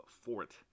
Fort